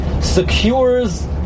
secures